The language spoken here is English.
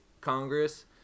Congress